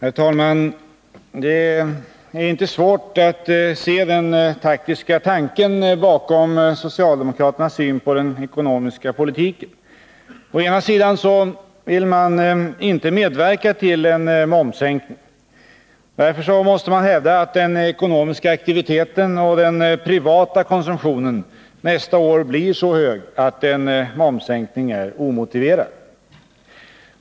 Herr talman! Det är inte svårt att se den taktiska tanken bakom socialdemokraternas syn på den ekonomiska politiken. Å ena sidan vill man inte medverka till en momssänkning. Därför måste man hävda att den ekonomiska aktiviteten och den privata konsumtionen nästa år blir så hög att en momssänkning är omotiverad.